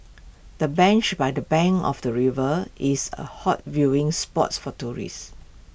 the bench by the bank of the river is A hot viewing spot for tourists